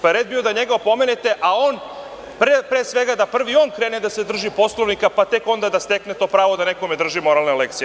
Pa, red je bio da njega opomenete, pre svega da prvi on krene da se drži Poslovnika, pa tek onda da stekne pravo da nekome drži moralne lekcije.